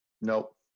Nope